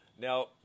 Now